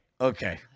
Okay